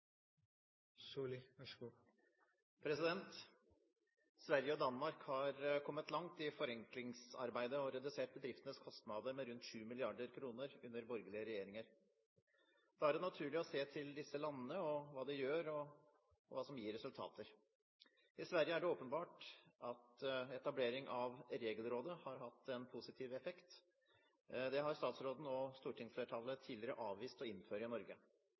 er mest omfattende. Sverige og Danmark har kommet langt i forenklingsarbeidet og har redusert bedriftenes kostnader med rundt 7 mrd. kr under borgerlige regjeringer. Da er det naturlig å se til disse landene, hva de gjør, og hva som gir resultater. I Sverige er det åpenbart at etablering av Regelrådet har hatt en positiv effekt. Det har statsråden og stortingsflertallet tidligere avvist å innføre